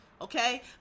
okay